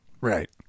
Right